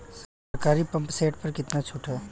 सरकारी pump set प कितना छूट हैं?